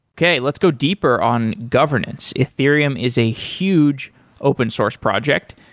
okay, let's go deeper on governance. ethereum is a huge open source project.